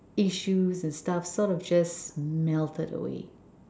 issues and stuffs sort of just melted away